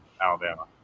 Alabama